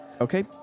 Okay